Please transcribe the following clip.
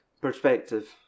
perspective